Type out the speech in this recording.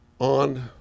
on